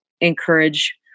encourage